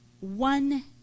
one